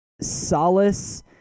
solace